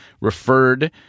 referred